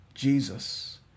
Jesus